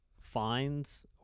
finds